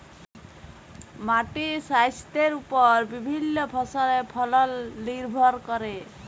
মাটির স্বাইস্থ্যের উপর বিভিল্য ফসলের ফলল লির্ভর ক্যরে